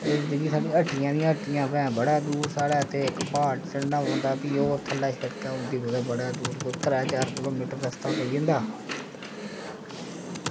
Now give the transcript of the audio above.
एह् जेह्की हट्टियां न एह् हट्टियां साढ़े बड़े दूर ते इक्क प्हाड़ चढ़ना पौंदा ते फ्ही ओह् थल्लै शिड़क पौंदी दूर कोई त्रैऽ चार किलोमीटर रस्ता पेई जंदा